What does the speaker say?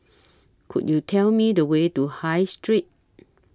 Could YOU Tell Me The Way to High Street